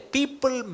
People